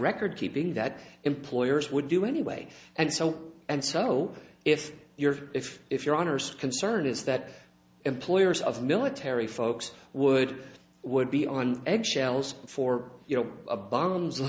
recordkeeping that employers would do anyway and so and so if you're if if your honour's concern is that employers of military folks would would be on eggshells for you know a bombs